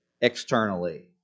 externally